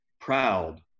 proud